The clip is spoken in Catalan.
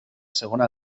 segona